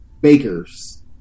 bakers